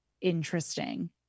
interesting